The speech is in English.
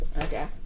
Okay